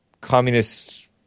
communist